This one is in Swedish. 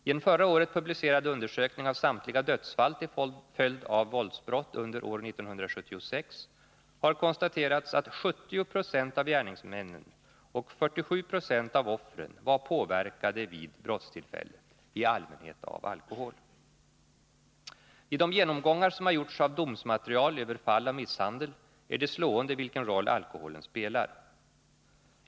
I en förra året publicerad undersökning av samtliga dödsfall till följd av våldsbrott under år 1976 har konstaterats att 70 90 av gärningsmännen och 47 9 av offren var påverkade vid brottstillfället, i allmänhet av alkohol. Vid de genomgångar som har gjorts av domsmaterial över fall av misshandel är det slående vilken roll alkoholen spelar.